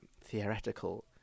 theoretical